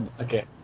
okay